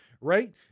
right